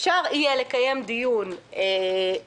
אפשר יהיה לקיים דיון בהמשך,